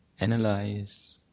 analyze